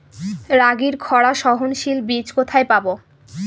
রাগির খরা সহনশীল বীজ কোথায় পাবো?